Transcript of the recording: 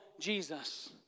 Jesus